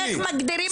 יש פה חוסר